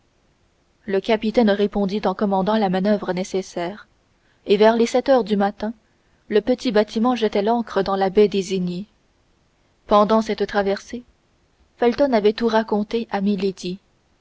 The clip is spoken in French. le capitaine répondit en commandant la manoeuvre nécessaire et vers les sept heures du matin le petit bâtiment jetait l'ancre dans la baie désignée pendant cette traversée felton avait tout raconté à